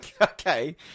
Okay